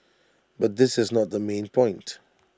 but this is not the main point